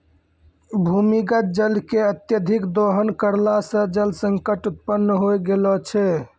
भूमीगत जल के अत्यधिक दोहन करला सें जल संकट उत्पन्न होय गेलो छै